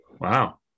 Wow